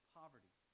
poverty